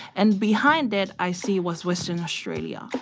and behind it i see was western australia.